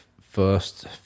first